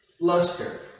luster